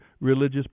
religious